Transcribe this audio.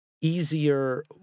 easier